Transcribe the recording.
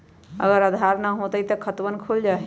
अगर आधार न होई त खातवन खुल जाई?